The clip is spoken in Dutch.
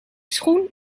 schoen